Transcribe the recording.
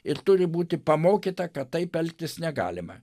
ir turi būti pamokyta kad taip elgtis negalima